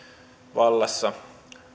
vallassa